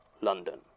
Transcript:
London